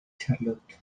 charlotte